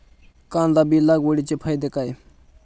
कांदा बी लागवडीचे फायदे काय?